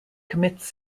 commits